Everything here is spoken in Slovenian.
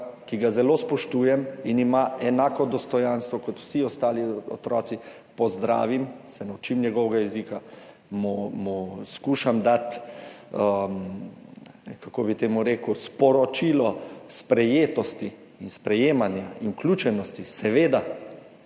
ki ga zelo spoštujem in ima enako dostojanstvo kot vsi ostali otroci, pozdravim, se naučim njegovega jezika, mu skušam dati – kako bi temu rekel? – sporočilo sprejetosti in sprejemanja ter vključenosti, seveda.